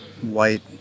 white